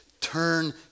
turn